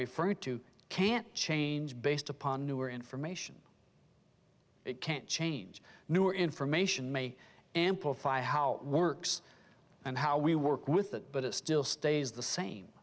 referring to can't change based upon newer information it can't change new information may amplify how it works and how we work with that but it still stays the same